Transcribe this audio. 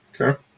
Okay